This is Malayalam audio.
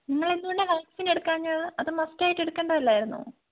നിങ്ങൾ എന്തുകൊണ്ടാണ് വാക്സിൻ എടുക്കാഞ്ഞത് അത് മസ്റ്റ് ആയിട്ട് എടുക്കേണ്ടതല്ലായിരുന്നോ